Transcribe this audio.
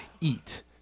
eat